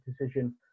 decision